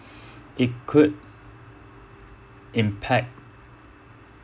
it could impact